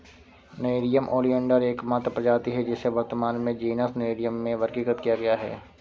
nerium oleander एकमात्र प्रजाति है जिसे वर्तमान में जीनस नेरियम में वर्गीकृत किया गया है